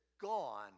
gone